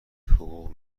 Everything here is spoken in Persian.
حقوق